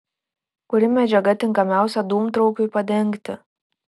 kuri medžiaga tinkamiausia dūmtraukiui padengti